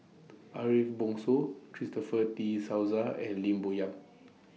Ariff Bongso Christopher De Souza and Lim Bo Yam